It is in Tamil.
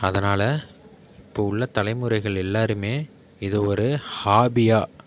அதனால் இப்போ உள்ள தலைமுறைகள் எல்லோருமே இத ஒரு ஹாபியாக